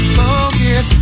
forget